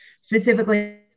specifically